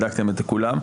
בדקתם את כולם.